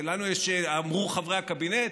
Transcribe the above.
אמרו חברי הקבינט,